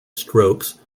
strokes